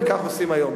וכך עושים היום.